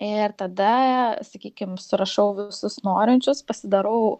ir tada sakykim surašau visus norinčius pasidarau